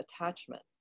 attachment